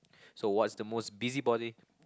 so what's the most busybody